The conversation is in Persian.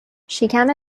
شکم